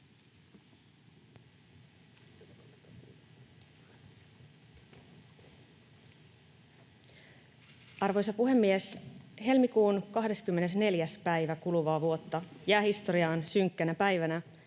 Arvoisa puhemies! Helmikuun 24. päivä kuluvaa vuotta jää historiaan synkkänä päivänä,